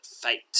fate